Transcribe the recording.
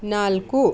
ನಾಲ್ಕು